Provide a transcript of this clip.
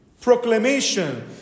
Proclamation